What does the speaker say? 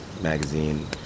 magazine